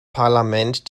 parlament